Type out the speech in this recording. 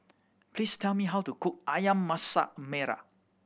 please tell me how to cook Ayam Masak Merah